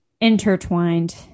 intertwined